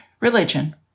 religion